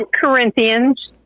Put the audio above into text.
Corinthians